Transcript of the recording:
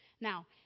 Now